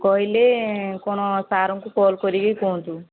କହିଲେ କ'ଣ ସାର୍ଙ୍କୁ କଲ୍ କରିକି କୁହନ୍ତୁ